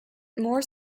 more